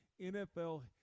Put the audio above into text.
NFL